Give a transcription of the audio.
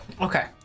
Okay